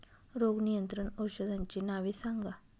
रोग नियंत्रण औषधांची नावे सांगा?